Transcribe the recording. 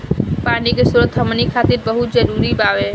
पानी के स्रोत हमनी खातीर बहुत जरूरी बावे